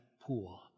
pool